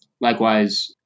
Likewise